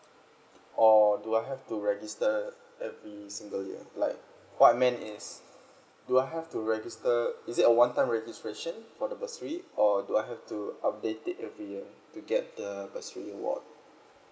or do I have to register every single year like what I meant is do I have to register is it a one time registration for the bursary or do I have to update it every year to get the bursary reward